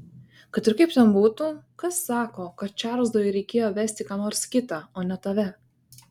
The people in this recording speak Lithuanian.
kad ir kaip ten būtų kas sako kad čarlzui reikėjo vesti ką nors kitą o ne tave